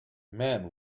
man